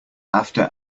after